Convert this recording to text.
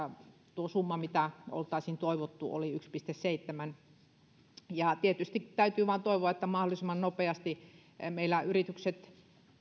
tuo summa mitä oltaisiin toivottu oli yksi pilkku seitsemän tietysti täytyy vain toivoa että mahdollisimman nopeasti meillä yritykset